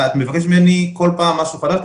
את מבקשת ממני כל פעם משהו חדש,